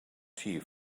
tea